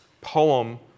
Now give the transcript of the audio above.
poem